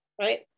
right